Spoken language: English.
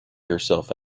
yourself